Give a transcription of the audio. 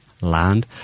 land